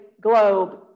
Globe